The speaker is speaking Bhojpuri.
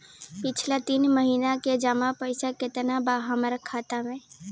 पिछला तीन महीना के जमा पैसा केतना बा हमरा खाता मे?